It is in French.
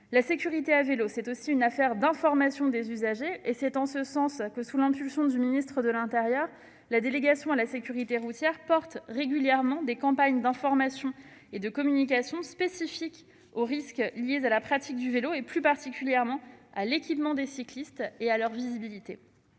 La sécurité à vélo est aussi une affaire d'information des usagers. C'est en ce sens que, sous l'impulsion du ministre de l'intérieur, la Délégation à la sécurité routière porte régulièrement des campagnes d'information et de communication spécifiques aux risques liés à la pratique du vélo, plus particulièrement à l'équipement des cyclistes et à leur visibilité.